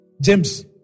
James